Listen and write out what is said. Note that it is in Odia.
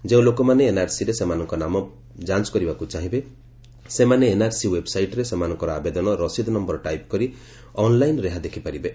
ଯେଉଁ ଲୋକମାନେ ଏନ୍ଆର୍ସିରେ ସେମାନଙ୍କର ନାମ ଯାଞ୍ଚ୍ କରିବାକୁ ଚାହିଁବେ ସେମାନେ ଏନ୍ଆର୍ସି ଓ୍ୱେବ୍ସାଇଟ୍ରେ ସେମାନଙ୍କର ଆବେଦନ ରସିଦ୍ ନମ୍ଭର ଟାଇପ୍ କରି ଅନ୍ଲାଇନ୍ ଏହା ଦେଖିପାରିବେ